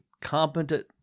competent